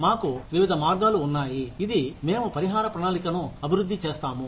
మాకు వివిధ మార్గాలు ఉన్నాయి ఇది మేము పరిహార ప్రణాళికను అభివృద్ధి చేస్తాము